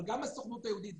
אבל גם הסוכנות היהודית,